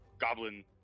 goblin